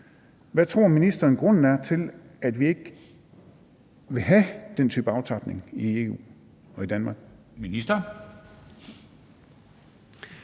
Hvad tror ministeren grunden er til, at vi ikke vil have den type aftapning i EU og i Danmark? Kl.